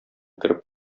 кереп